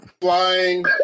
flying